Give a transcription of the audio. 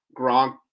Gronk